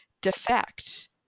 defect